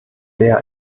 sehr